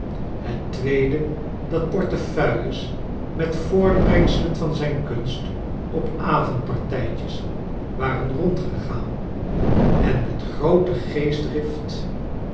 het tweede datportefeuilles met voortbrengselen van zijn kunst op avondpartijtjcs waren rondgegaan en met groote geestdrift